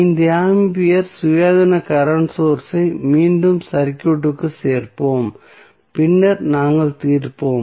5 ampere சுயாதீன current source ஐ மீண்டும் சர்க்யூட்க்குச் சேர்ப்போம் பின்னர் நாங்கள் தீர்ப்போம்